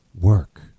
work